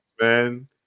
man